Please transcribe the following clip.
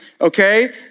okay